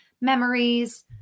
memories